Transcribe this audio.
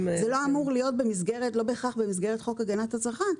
זה לא אמור להיות בהכרח במסגרת חוק הגנת הצרכן,